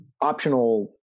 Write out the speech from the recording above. Optional